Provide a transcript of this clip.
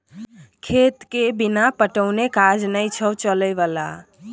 खेतके बिना पटेने काज नै छौ चलय बला